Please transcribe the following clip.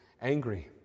angry